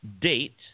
date